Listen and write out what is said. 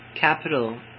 Capital